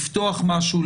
לפתוח משהו,